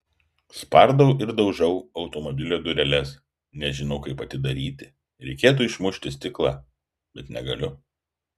spardau ir daužau automobilio dureles nežinau kaip atidaryti reikėtų išmušti stiklą bet negaliu